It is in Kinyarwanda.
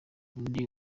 undi